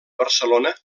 barcelona